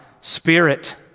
spirit